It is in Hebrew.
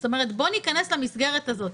זאת אומרת, בואו ניכנס למסגרת הזאת.